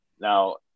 Now